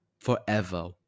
Forever